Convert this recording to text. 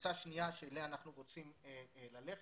המלצה שנייה שאליה אנחנו רוצים ללכת,